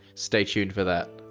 stay tuned for that.